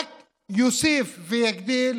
רק יוסיף ויגדיל